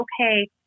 Okay